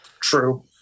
True